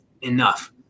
enough